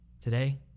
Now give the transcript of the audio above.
Today